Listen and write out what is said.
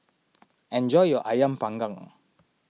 enjoy your Ayam Panggang